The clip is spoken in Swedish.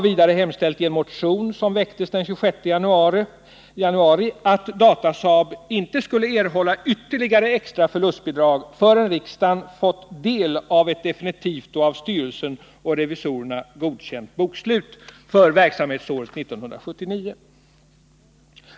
Vidare har jag i en motion den 26 januari hemställt att Datasaab inte skulle erhålla ytterligare extra förlustbidrag förrän riksdagen fått del av ett definitivt och av styrelsen och revisorerna godkänt bokslut för verksamhetsåret 1979.